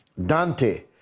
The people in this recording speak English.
Dante